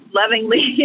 lovingly